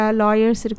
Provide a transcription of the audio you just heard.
lawyers